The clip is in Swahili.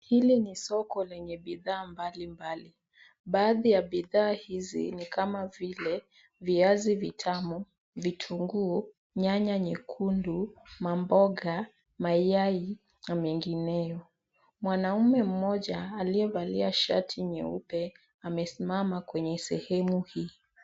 Hili ni soko lenye bidhaa mbalimbali, baadhi ya bidhaa hizi ni kama vile viazi vitamu, vitunguu, nyanya nyekundu, mamboga, mayai na mengineo. Mwanaume mmoja aliyevalia shati nyeupe amesimama kwenye sehemu hii.